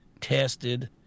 tested